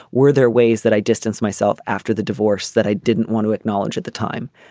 were there ways that i distance myself after the divorce that i didn't want to acknowledge at the time.